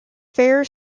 fair